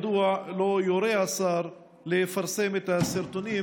מדוע לא יורה השר לפרסם את הסרטונים,